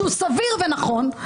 שהוא סביר ונכון,